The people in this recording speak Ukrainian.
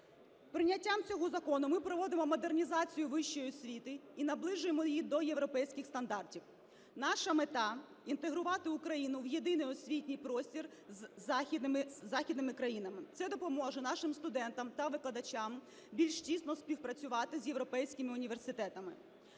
Прийняттям цього закону ми проводимо модернізацію вищої освіти і наближуємо її до європейських стандартів. Наша мета - інтегрувати Україну в єдиний освітній простір з західними країнами. Це допоможе нашим студентам та викладач більш тісно співпрацювати з європейськими університетами.